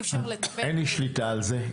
אי אפשר לטפל ב- -- אין לי שליטה על זה,